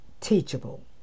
teachable